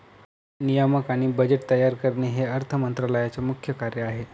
नियामक आणि बजेट तयार करणे हे अर्थ मंत्रालयाचे मुख्य कार्य आहे